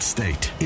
State